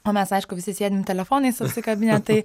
o mes aišku visi sėdim telefonais apsikabinę tai